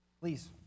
Please